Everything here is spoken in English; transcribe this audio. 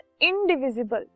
indivisible